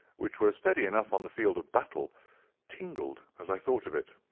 which were steady enough on the field of battle tingled as i thought of it.